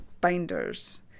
Binders